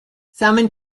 simon